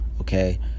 Okay